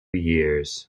years